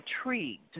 intrigued